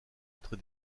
être